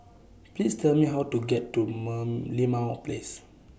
Please Tell Me How to get to Merlimau Place